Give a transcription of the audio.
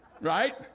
Right